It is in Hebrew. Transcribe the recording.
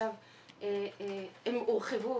שעכשיו הורחבו,